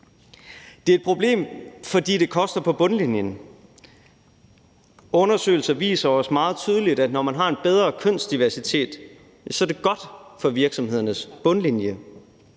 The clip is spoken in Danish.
Det er et problem, fordi det koster på bundlinjen. Undersøgelser viser meget tydeligt, at når man har en bedre kønsdiversitet, er det godt for virksomhedernes bundlinje.